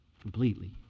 completely